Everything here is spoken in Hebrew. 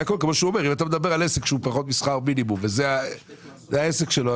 אם אתה מדבר על עסק שהוא פחות משכר מינימום וזה העסק שלו,